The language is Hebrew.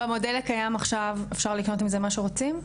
במודל הקיים עכשיו, אפשר לקנות עם זה מה שרוצים?